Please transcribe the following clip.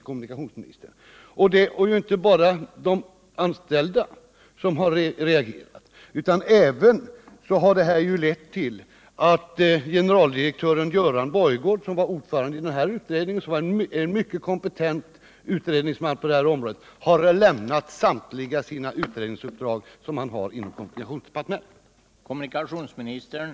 Och det är inte bara de anställda som har reagerat, utan vad som hänt har lett till att generaldirektören Göran Borggård, som var ordförande i befälsbemanningsutredningen och som är en mycket kompetent utredningsman på området, har lämnat samtliga sina utredningsuppdrag inom kommunikationsdepartementet.